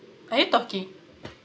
are you talking I